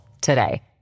today